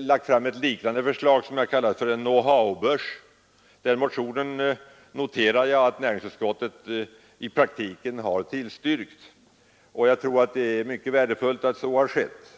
lagt fram ett liknande förslag, som jag kallat för en know-how-börs. Den motionen noterar jag att näringsutskottet i praktiken har tillstyrkt, och jag tror att det är mycket värdefullt att så har skett.